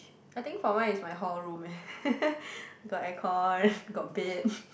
I think for mine is my hall room eh got air con got bed